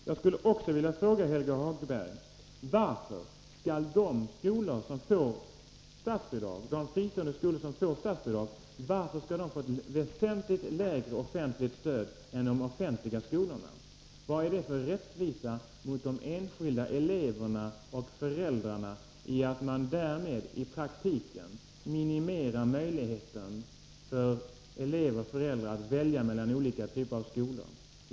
Jag skulle också vilja fråga Helge Hagberg, varför de fristående skolor som får statsbidrag får ett väsentligt lägre offentligt stöd än de offentliga skolorna. Vad är det för rättvisa gentemot de enskilda eleverna och föräldrarna, när man därmed i praktiken minimerar möjligheten för elever och föräldrar att välja mellan olika typer av skolor?